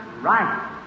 right